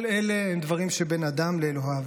כל אלה הם דברים שבין אדם לאלוהיו.